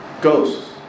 ghosts